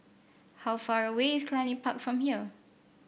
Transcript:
how far away is Cluny Park from here